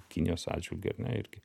kinijos atžvilgiu ar ne irgi